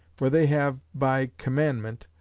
for they have by commandment,